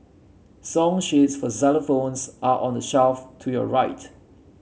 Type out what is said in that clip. song sheets for xylophones are on the shelf to your right